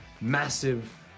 massive